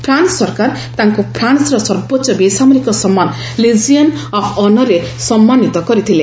France ସରକାର ତାଙ୍କୁ ଫ୍ରାନ୍ସର ସର୍ବୋଚ୍ଚ ବେସାମରିକ ସମ୍ମାନ 'ଲିଜିୟନ୍ ଅଫ୍ ଅନର୍'ରେ ସମ୍ମାନିତ କରିଥିଲେ